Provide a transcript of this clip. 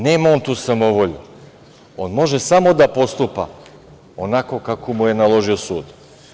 Nema on tu samovolju, on može samo da postupa onako kako mu je naložio sud.